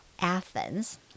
Athens